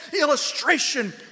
illustration